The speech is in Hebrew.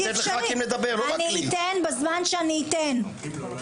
אני אתן בזמן שאני אתן.